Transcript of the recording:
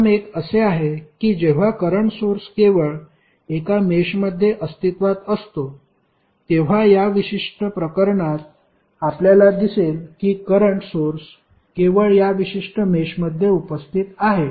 प्रथम एक असे आहे की जेव्हा करंट सोर्स केवळ एका मेषमध्ये अस्तित्वात असतो तेव्हा या विशिष्ट प्रकरणात आपल्याला दिसेल की करंट सोर्स केवळ या विशिष्ट मेषमध्ये उपस्थित आहे